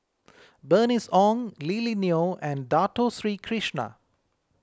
Bernice Ong Lily Neo and Dato Sri Krishna